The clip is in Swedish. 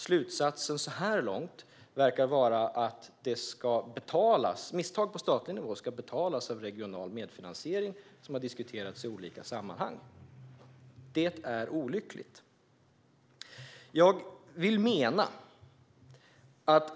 Slutsatsen så här långt verkar vara att misstag på statlig nivå ska betalas genom regional medfinansiering, vilket har diskuterats i olika sammanhang. Det är olyckligt.